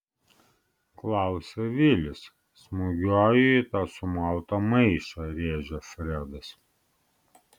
klausia vilis smūgiuoju į tą sumautą maišą rėžia fredas